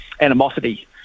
animosity